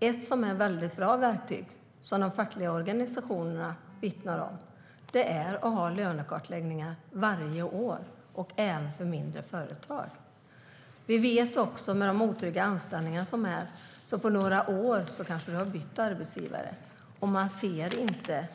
Ett verktyg som är mycket bra, vilket de fackliga organisationerna vittnar om, är lönekartläggningar varje år och även i mindre företag. När det gäller de otrygga anställningarna har man kanske bytt arbetsgivare efter några år. Då syns inte